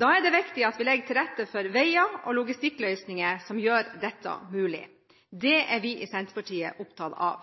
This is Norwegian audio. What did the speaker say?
Da er det viktig at vi legger til rette for veier og logistikkløsninger som gjør dette mulig. Det er vi i Senterpartiet opptatt av.